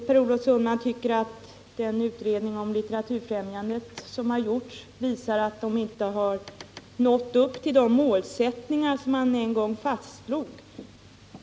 Per Olof Sundman tycker att den utredning om Litteraturfrämjandet som har gjorts visar att man inte har nått upp till de målsättningar som en gång fastslogs.